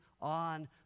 on